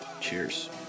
cheers